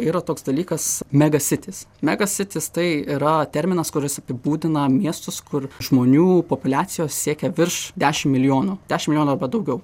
yra toks dalykas mega sitis mega sitis tai yra terminas kuris apibūdina miestus kur žmonių populiacijos siekia virš dešim milijonų dešim milijonų arba daugiau